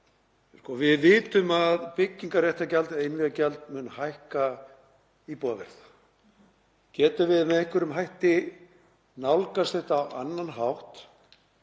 Við vitum að byggingarréttargjald, eða innviðagjald, mun hækka íbúðaverð. Getum við með einhverjum hætti nálgast þetta á annan hátt